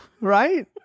Right